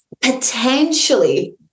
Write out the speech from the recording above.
potentially